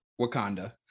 Wakanda